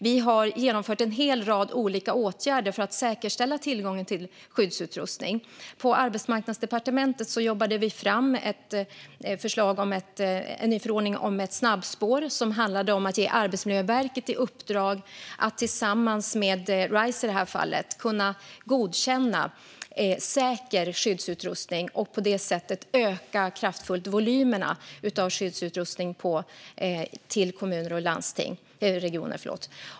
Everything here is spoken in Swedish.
Vi har genomfört en hel rad olika åtgärder för att säkerställa tillgången till skyddsutrustning. På Arbetsmarknadsdepartementet jobbade vi fram en ny förordning om ett snabbspår som handlade om att ge Arbetsmiljöverket i uppdrag att tillsammans med Rise, i detta fall, kunna godkänna säker skyddsutrustning och på det sättet kraftfullt öka volymerna av skyddsutrustning till kommuner och regioner.